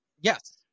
Yes